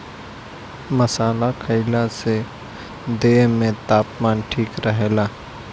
मसाला खईला से देह में तापमान ठीक रहेला